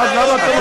למה אתם מפריעים?